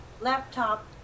laptop